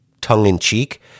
tongue-in-cheek